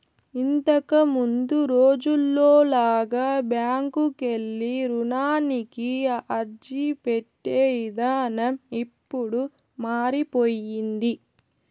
ఇంతకముందు రోజుల్లో లాగా బ్యాంకుకెళ్ళి రుణానికి అర్జీపెట్టే ఇదానం ఇప్పుడు మారిపొయ్యింది